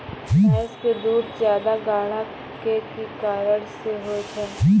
भैंस के दूध ज्यादा गाढ़ा के कि कारण से होय छै?